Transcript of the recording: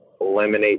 eliminate